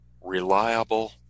reliable